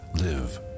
live